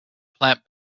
plant